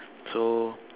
so